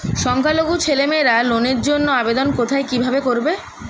সংখ্যালঘু ছেলেমেয়েরা লোনের জন্য আবেদন কোথায় কিভাবে করবে?